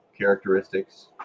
characteristics